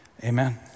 Amen